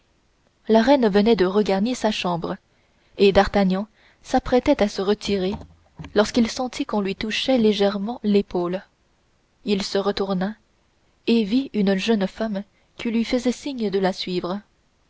la reine venait de regagner sa chambre et d'artagnan s'apprêtait à se retirer lorsqu'il sentit qu'on lui touchait légèrement l'épaule il se retourna et vit une jeune femme qui lui faisait signe de la suivre